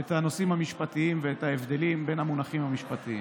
את הנושאים המשפטיים ואת ההבדלים בין המונחים המשפטיים.